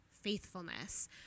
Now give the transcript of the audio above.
faithfulness